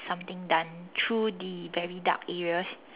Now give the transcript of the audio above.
something done through the very dark areas